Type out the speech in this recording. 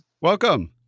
Welcome